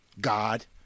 God